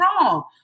wrong